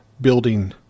building